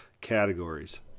categories